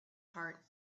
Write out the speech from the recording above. heart